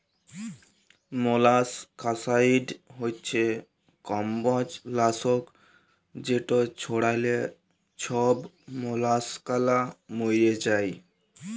molluscicide হছে কমবজ লাসক যেট ছড়াল্যে ছব মলাসকালা ম্যইরে যায়